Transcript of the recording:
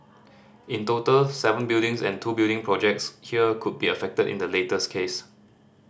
in total seven buildings and two building projects here could be affected in the latest case